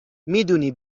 میدونی